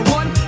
one